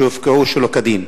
שהופקעו שלא כדין.